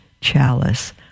chalice